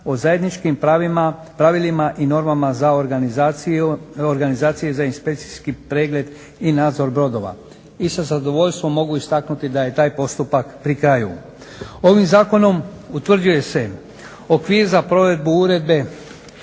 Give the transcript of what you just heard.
o zajedničkim pravilima i normama za organizacije za inspekcijski pregled i nadzor brodova. I sa zadovoljstvom mogu istaknuti da je taj postupak pri kraju. Ovim zakonom utvrđuje se okvir za provedbu Uredbe